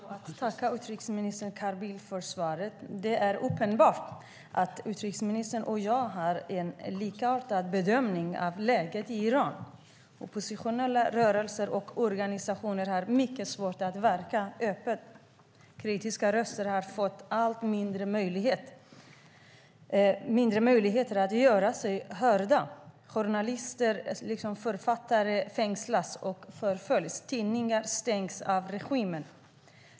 Herr talman! Jag ber att få tacka utrikesminister Carl Bildt för svaret. Det är uppenbart att utrikesministern och jag har en likartad bedömning av läget i Iran. Oppositionella rörelser och organisationer har mycket svårt att verka öppet. Kritiska röster har fått allt mindre möjligheter att göra sig hörda. Journalister och författare fängslas och förföljs. Tidningar stängs av regimen.